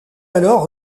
alors